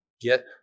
get